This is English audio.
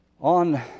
On